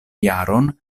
jaron